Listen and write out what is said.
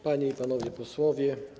Panie i Panowie Posłowie!